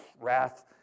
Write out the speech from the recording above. wrath